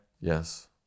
Yes